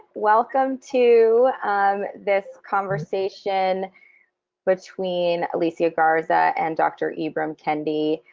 welcome to um this conversation between alicia garza and dr. ibram kendi.